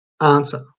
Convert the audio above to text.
answer